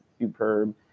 superb